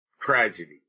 tragedy